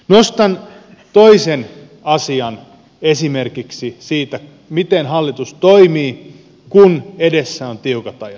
nostan toisen asian esimerkiksi siitä miten hallitus toimii kun edessä on tiukat ajat